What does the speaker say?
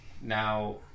Now